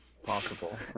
possible